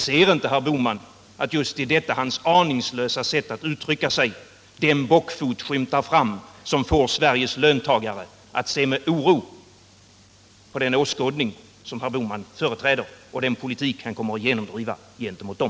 Ser inte herr Bohman att just i detta hans aningslösa sätt att uttrycka sig den bockfot skymtar fram som får Sveriges löntagare att se med oro på den åskådning som herr Bohman företräder och den politik som han kommer att genomdriva gentemot dem?